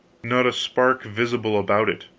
not a spark visible about it.